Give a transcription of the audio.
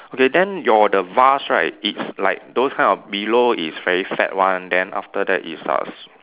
okay then your the vase right it's like those kind of below is very fat one then after that it's uh s~